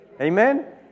Amen